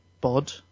Bod